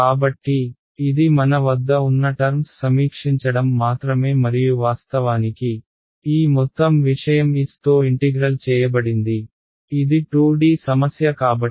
కాబట్టి ఇది మన వద్ద ఉన్న టర్మ్స్ సమీక్షించడం మాత్రమే మరియు వాస్తవానికి ఈ మొత్తం విషయం s తో ఇంటిగ్రల్ చేయబడింది ఇది 2D సమస్య కాబట్టి